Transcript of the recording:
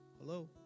Hello